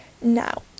Now